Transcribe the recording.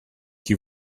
you